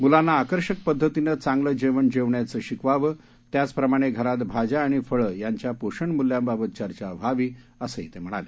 मूलांना आकर्षक पद्धतीनं चांगलं जेवण जेवण्याचे शिकवावं त्याचप्रमाणे घरात भाज्या आणि फळे यांच्या पोषणमूल्यांबाबत चर्चा व्हावी असंही त्यांनी सांगितलं